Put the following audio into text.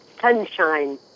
sunshine